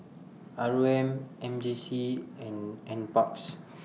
R O M M J C and NParks